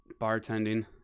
Bartending